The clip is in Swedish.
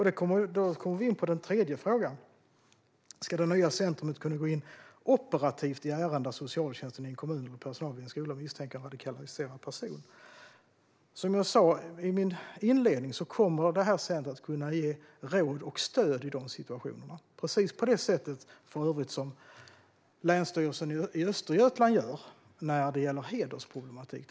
Då kommer vi in på den tredje frågan - ska det nya centrumet kunna gå in operativt i ärenden där socialtjänsten i en kommun eller personalen i en skola misstänker en radikaliserad person? Som jag sa i min inledning kommer detta centrum att kunna ge råd och stöd i dessa situationer, för övrigt precis som Länsstyrelsen i Östergötland gör när det gäller hedersproblematik.